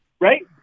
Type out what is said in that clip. Right